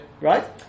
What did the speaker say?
right